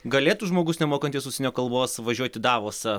galėtų žmogus nemokantis užsienio kalbos važiuot į davosą